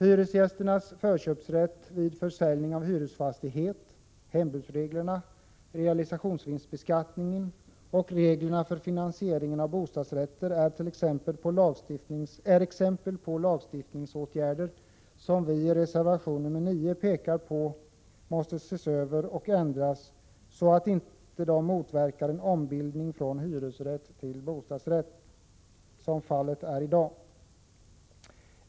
Hyresgästernas förköpsrätt vid försäljning av hyresfastighet, hembudsreglerna, realisationsvinstbeskattningen och reglerna för finansiering av bostadsrätter är exempel på lagstiftningsåtgärder som vi i reservation 9 pekar på och som måste ses över och ändras så att de inte motverkar en ombildning från hyresrätt till bostadsrätt, vilket är fallet i dag.